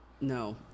no